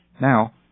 Now